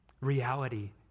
Reality